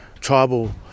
tribal